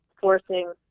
forcing